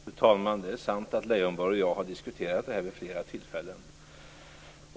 Fru talman! Det är sant att Leijonborg och jag har diskuterat det här vid flera tillfällen.